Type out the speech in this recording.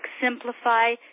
Simplify